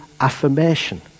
affirmation